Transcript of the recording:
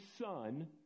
Son